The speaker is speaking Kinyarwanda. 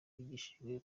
bigishijwe